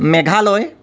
Meghalaya